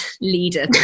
leader